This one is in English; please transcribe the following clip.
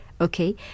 okay